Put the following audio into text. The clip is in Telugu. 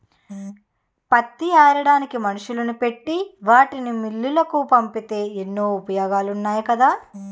పత్తి ఏరడానికి మనుషుల్ని పెట్టి వాటిని మిల్లులకు పంపితే ఎన్నో ఉపయోగాలున్నాయి కదా